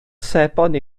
sebon